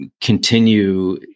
continue